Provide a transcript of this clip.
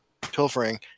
pilfering